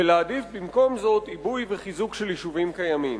ולהעדיף במקום זאת עיבוי וחיזוק של יישובים קיימים.